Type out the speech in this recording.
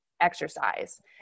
exercise